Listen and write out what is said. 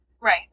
Right